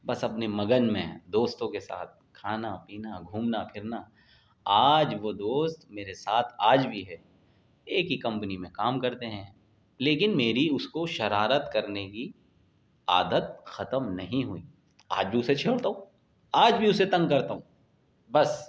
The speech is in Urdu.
بس اپنی مگن میں ہیں دوستوں کے ساتھ کھانا پینا گھومنا پھرنا آج وہ دوست میرے ساتھ آج بھی ہے ایک ہی کمپنی میں کام کرتے ہیں لیکن میری اس کو شرارت کرنے کی عادت ختم نہیں ہوئی آج بھی اسے چھیڑتا ہوں آج بھی اسے تنگ کرتا ہوں بس